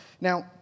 Now